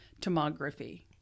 tomography